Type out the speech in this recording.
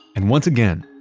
and once again,